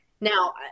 Now